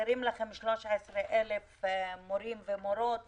חסרים לכם 13,000 מורים ומורים ומדריכים.